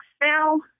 now